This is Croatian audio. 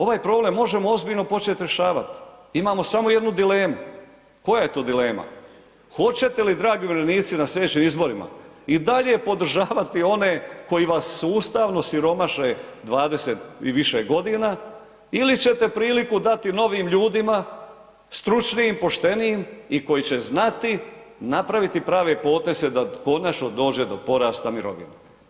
Ovaj problem možemo ozbiljno počet rješavat, imamo samo jednu dilemu, koja je to dilema, hoćete li dragi umirovljenici na slijedećim izborima i dalje podržavati one koji vas sustavno siromaše 20 i više godina ili ćete priliku dati novim ljudima, stručnim, poštenim i koji će znati napraviti prave poteze da konačno dođe do porasta mirovina.